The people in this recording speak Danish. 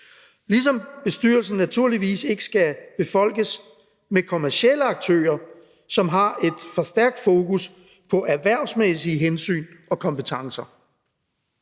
ligesom bestyrelsen naturligvis ikke skal befolkes med kommercielle aktører, som har et for stærkt fokus på erhvervsmæssige hensyn og kompetencer.